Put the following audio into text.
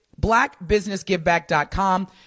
blackbusinessgiveback.com